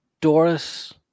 Doris